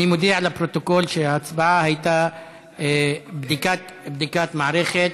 אני מודיע לפרוטוקול שההצבעה הייתה בדיקת מערכת.